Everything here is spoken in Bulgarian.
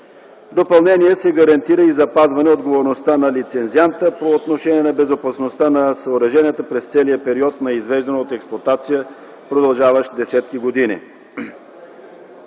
допълнение се гарантира и запазване отговорността на лицензианта по отношение на безопасността на съоръженията през целия период на извеждане от експлоатация, продължаващ десетки години.